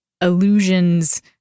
illusions